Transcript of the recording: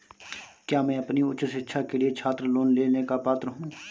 क्या मैं अपनी उच्च शिक्षा के लिए छात्र लोन लेने का पात्र हूँ?